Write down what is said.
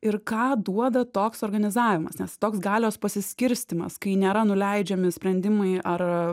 ir ką duoda toks organizavimas nes toks galios pasiskirstymas kai nėra nuleidžiami sprendimai ar